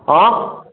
ആ